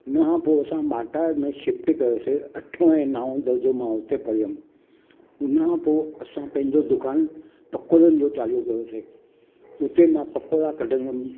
हुन खां पोइ असां माटा में शिफ्ट कयोसीं अठों ऐं नाओं दर्जो मां उते पढ़ियुमि हुन खां पोइ असां पंहिंजो दुकान पकोड़नि जो चालू कयोसीं उते मां पकोड़ा कढंदुमि